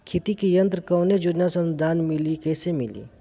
खेती के यंत्र कवने योजना से अनुदान मिली कैसे मिली?